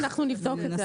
אנחנו נבדוק את זה.